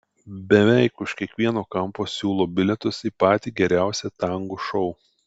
beveik už kiekvieno kampo siūlo bilietus į patį geriausią tango šou